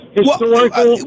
historical